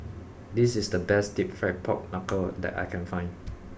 this is the best Deep Fried Pork Knuckle that I can find